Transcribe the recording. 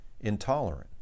intolerant